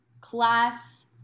class